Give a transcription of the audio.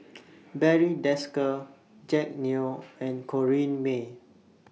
Barry Desker Jack Neo and Corrinne May